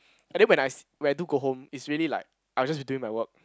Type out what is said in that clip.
and then when I see when I do go home it's really like I'll just doing my work